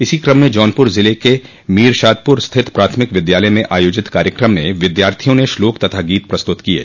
इसी क्रम में जौनपुर ज़िले के मोरशादपुर स्थित प्राथमिक विद्यालय में आयोजित कार्यक्रम में विद्यार्थियों ने श्लोक तथा गीत प्रस्तुत किये